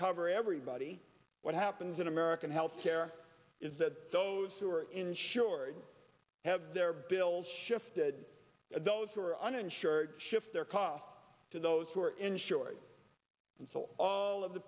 cover everybody what happens in american health care is that those who are insured have their bills shifted those who are uninsured shift their cost to those who are insured and so all of the